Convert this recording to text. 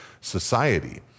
society